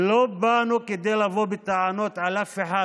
לא באנו כדי לבוא בטענות אל אף אחד.